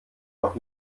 noch